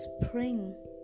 spring